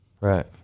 Right